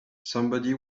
somebody